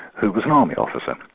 who was an army officer.